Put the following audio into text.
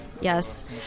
Yes